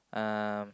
um